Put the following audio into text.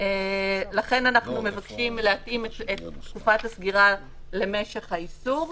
ולכן אנחנו מבקשים להתאים את תקופת הסגירה למשך האיסור.